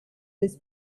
this